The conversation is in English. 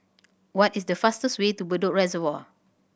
what is the fastest way to Bedok Reservoir